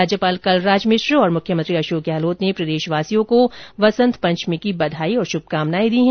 राज्यपाल कलराज मिश्र और मुख्यमंत्री अशोक गहलोत ने प्रदेशवासियों को वसंत पंचमी की बधाई और शुभकामना दी है